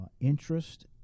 interest